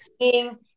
seeing